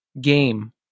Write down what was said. game